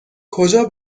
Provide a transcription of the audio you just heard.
کجا